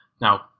Now